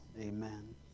amen